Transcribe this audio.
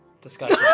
discussion